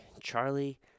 Charlie